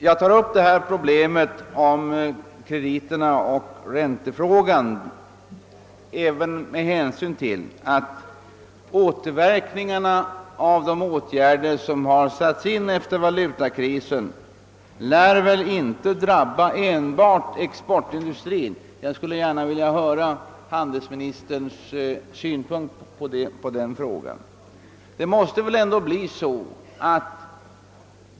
Jag tar upp problemet med krediterna och räntan också därför att återverkningarna av de åtgärder som sattes in efter valutakrisen inte lär drabba bara exportindustrin. Jag skulle gärna vilja höra handelsministerns syn på den saken.